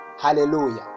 Hallelujah